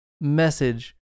message